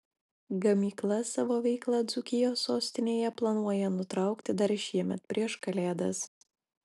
gamykla savo veiklą dzūkijos sostinėje planuoja nutraukti dar šiemet prieš kalėdas